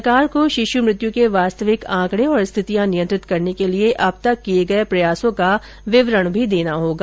सरकार को शिशु मृत्यु के वास्तविक आंकड़े और स्थितियां नियंत्रित करने के लिए अब तक किए गए प्रयासों का विवरण भी देना होगा